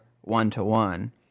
one-to-one